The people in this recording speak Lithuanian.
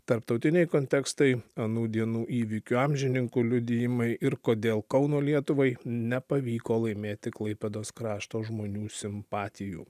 tarptautiniai kontekstai anų dienų įvykių amžininkų liudijimai ir kodėl kauno lietuvai nepavyko laimėti klaipėdos krašto žmonių simpatijų